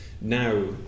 Now